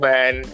Man